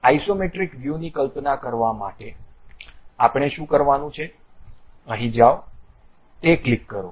isometric વ્યૂની કલ્પના કરવા માટે આપણે શું કરવાનું છે અહીં જાઓ તે ક્લિક કરો